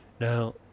Now